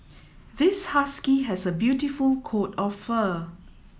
this husky has a beautiful coat of fur